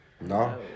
No